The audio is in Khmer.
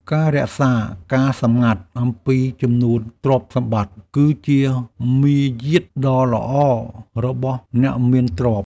ការរក្សាការសម្ងាត់អំពីចំនួនទ្រព្យសម្បត្តិ គឺជាមារយាទដ៏ល្អរបស់អ្នកមានទ្រព្យ។